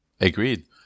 agreed